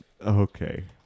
Okay